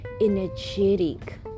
energetic